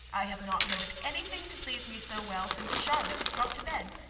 i have not heard of any thing to please me so well since charlotte was brought to bed.